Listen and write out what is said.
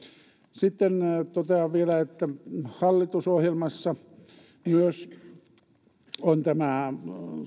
sitten totean vielä että hallitusohjelmassa on myös tämä